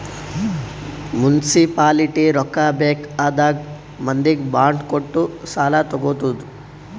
municipality ರೊಕ್ಕಾ ಬೇಕ್ ಆದಾಗ್ ಮಂದಿಗ್ ಬಾಂಡ್ ಕೊಟ್ಟು ಸಾಲಾ ತಗೊತ್ತುದ್